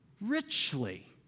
richly